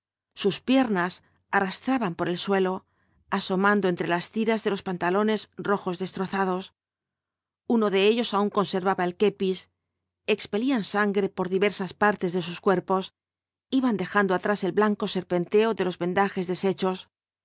sus piernas arrastraban por el suelo asomando entre las tiras de los pantalones rojos destrozados uno de ellos aun conservaba el kepis expelían sangre por diversas partes de sus cuerpos iban dejando atrás el blanco serpenteo de los vendajes deshechos